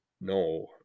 no